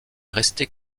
rester